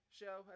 show